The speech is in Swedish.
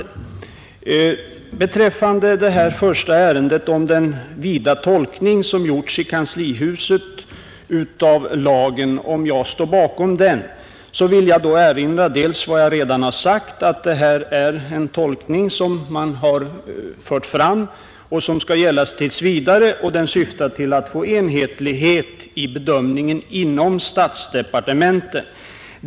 När det gäller frågan om jag ställer mig bakom den vida tolkning av lagen som gjorts i kanslihuset vill jag till att börja med erinra om vad jag redan sagt, nämligen att detta är en tolkning som skall gälla tills vidare och som syftar till att åstadkomma enhetlighet i bedömningen inom statsdepartementen.